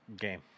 game